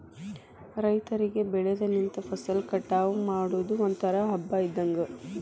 ರೈತರಿಗೆ ಬೆಳದ ನಿಂತ ಫಸಲ ಕಟಾವ ಮಾಡುದು ಒಂತರಾ ಹಬ್ಬಾ ಇದ್ದಂಗ